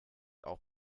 auch